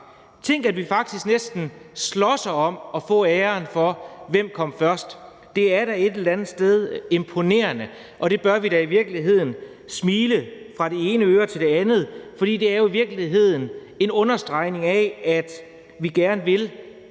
Tænk, at vi næsten slås om at få æren for, hvem der kom først, det er da et eller andet sted imponerende, og det bør vi da i virkeligheden smile fra det ene øre til et andet af, for det er jo i virkeligheden en understregning af, at vi gerne vil